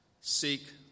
Seek